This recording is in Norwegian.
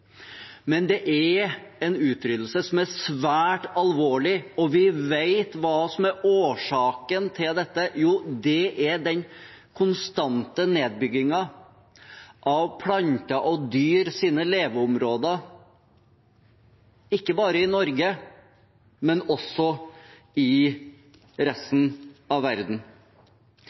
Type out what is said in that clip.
Men det er en utryddelse som er svært alvorlig, og vi vet hva som er årsaken til dette. Det er den konstante nedbyggingen av planter og dyrs leveområder, ikke bare i Norge, men også i resten av verden.